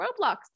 Roblox